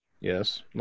Yes